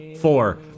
four